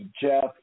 Jeff